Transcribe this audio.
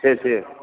છે છે